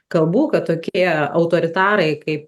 kalbų kad tokie autoritarai kaip